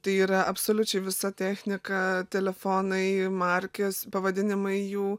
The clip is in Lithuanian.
tai yra absoliučiai visa technika telefonai markės pavadinimai jų